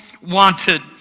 wanted